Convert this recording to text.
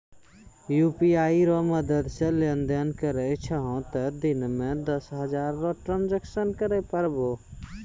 UPI रो मदद से लेनदेन करै छहो तें दिन मे दस हजार रो ट्रांजेक्शन करै पारभौ